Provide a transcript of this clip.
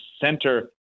center